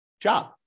job